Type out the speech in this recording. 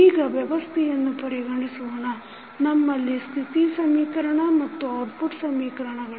ಈಗ ವ್ಯವಸ್ಥೆಯನ್ನು ಪರಿಗಣಿಸೋಣ ನಮ್ಮಲ್ಲಿ ಸ್ಥಿತಿ ಸಮೀಕರಣ ಮತ್ತು ಔಟ್ಪುಟ್ ಸಮೀಕರಣಗಳಿವೆ